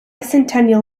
centennial